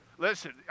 Listen